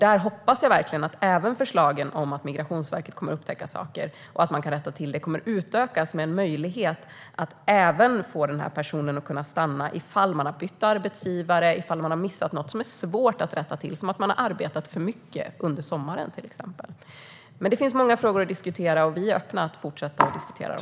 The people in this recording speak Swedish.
Där hoppas jag verkligen att även förslagen om att Migrationsverket kommer att upptäcka saker som kan rättas till kommer att utökas med en möjlighet att även få en person att stanna ifall denna person har bytt arbetsgivare eller missat något som är svårt att rätta till, som att han eller hon har arbetat för mycket under sommaren. Det finns många frågor att diskutera, och vi är öppna för att fortsätta att diskutera dem.